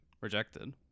rejected